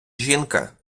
жінка